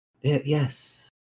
Yes